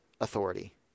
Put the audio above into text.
authority